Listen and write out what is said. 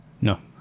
no